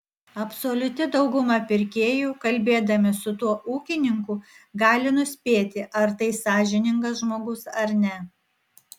absoliuti dauguma pirkėjų kalbėdami su tuo ūkininku gali nuspėti ar tai sąžiningas žmogus ar ne